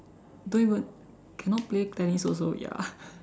don't even cannot play tennis also ya